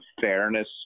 fairness